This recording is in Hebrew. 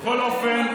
בכל אופן,